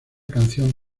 canción